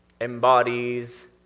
embodies